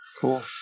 Cool